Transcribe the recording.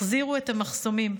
החזירו את המחסומים.